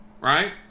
right